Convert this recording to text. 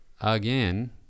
again